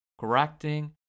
correcting